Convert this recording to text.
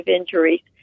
injuries